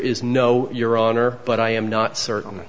is no your honor but i am not certain